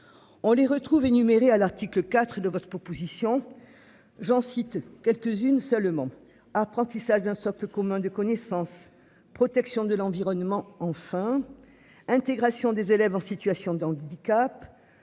On les retrouve énumérés à l'article IV et de votre proposition. J'en cite quelques-unes seulement apprentissage d'un socle commun de connaissances, protection de l'environnement enfin. Intégration des élèves en situation d'handicap.